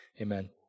Amen